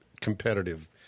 competitive